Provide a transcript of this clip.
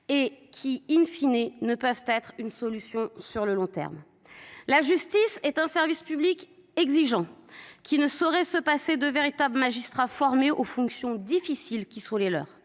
judiciaire et ne peuvent constituer une solution à long terme. La justice est un service public exigeant, qui ne saurait se passer de véritables magistrats, formés aux fonctions difficiles qui sont les leurs.